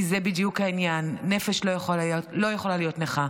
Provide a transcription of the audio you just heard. כי זה בדיוק העניין: נפש לא יכול להיות נכה,